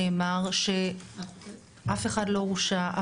נאמר שאף אחד לא הורשע,